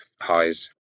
highs